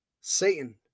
Satan